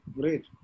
great